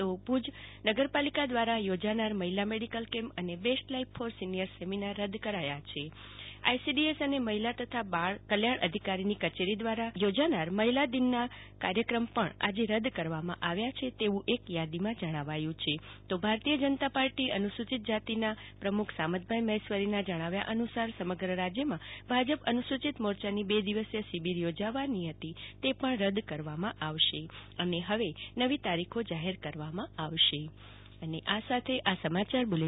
તો ભુજ નગર પાલિકા દ્રારા યોજાનાર મહિલાઓ માટે મેડીકલ કેમ્પ અને best life for seniors seminar રદ કરાયા છે આસીડીએસ અને મહિલા તથા બાળ કલ્યાણ અધિકારીની કચેરી દ્રારા આજે યોજાનાર મહિલા દીનના કાર્યક્રમ પણ રદ કરવામાં આવ્યા છે તેવુ એક યાદીમાં જણાવાયુ છે તો ભારતીય જનતા પાર્ટીના અનુસુચિત જાતિના પ્રમુખ સામતભાઈ મહેશ્વરીના જણાવ્યા અનુસાર સમગ્ર રાજયમાં ભાજપ અનુસુચિત મોરચલી બે દિવસીય શિબિર યોજાવાની હતી તે પણ રદ કરવામાં આવશે અને હવે નવી તારીખો જાહેર કરવામાં આવશે જાગ તિ વકીલ